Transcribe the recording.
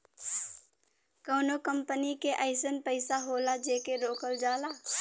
कउनो कंपनी के अइसन पइसा होला जेके रोकल जाला